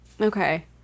Okay